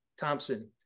Thompson